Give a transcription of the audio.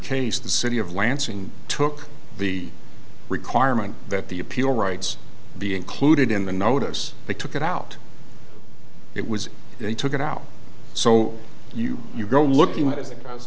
case the city of lansing took the requirement that the appeal rights be included in the notice they took it out it was they took it out so you you go looking at i